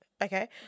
Okay